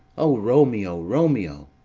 o romeo, romeo!